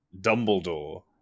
Dumbledore